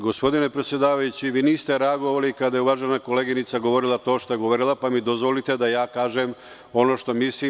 Gospodine predsedavajući, vi niste reagovali kada je uvažena koleginica govorila to što je govorila, pa mi dozvolite da ja kažem ono što mislim.